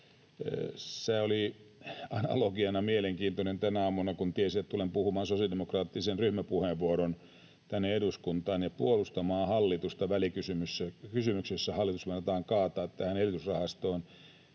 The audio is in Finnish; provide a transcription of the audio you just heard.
Se oli analogiana mielenkiintoinen. Tänä aamuna, kun tiesin, että tulen puhumaan sosiaalidemokraattisen ryhmäpuheenvuoron tänne eduskuntaan ja puolustamaan hallitusta välikysymyksessä, jossa hallitus meinataan kaataa tähän elvytysrahastoon,